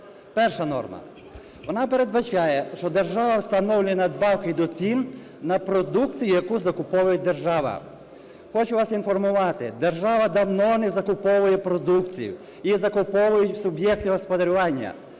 Перша норма. Вона передбачає, що держава встановлює надбавки до цін на продукти, які закуповує держава. Хочу вас інформувати, держава давно не закуповує продукцію, її закуповують суб'єкти господарювання.